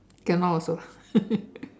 cannot also